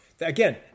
Again